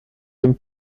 dem